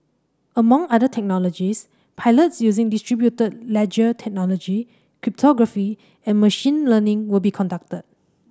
among other technologies pilots using distributed ledger technology cryptography and machine learning will be conducted